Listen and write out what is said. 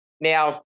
Now